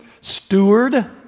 Steward